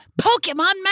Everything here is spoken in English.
Pokemon